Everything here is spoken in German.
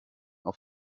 auf